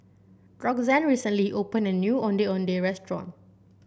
Roxann recently opened a new Ondeh Ondeh Restaurant